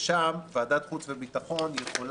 ששם ועדות המשנה של ועדת החוץ והביטחון יכולות